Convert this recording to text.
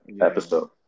episode